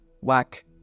whack